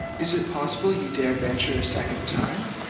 is it possible you dare venture a second time?